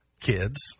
Kids